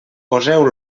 poseu